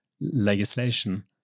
legislation